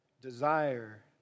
desire